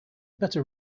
better